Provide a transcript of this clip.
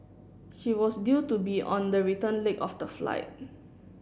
she was due to be on the return leg of the flight